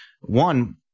one